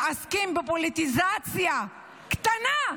מתעסקים בפוליטיזציה קטנה,